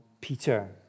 Peter